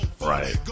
Right